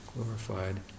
glorified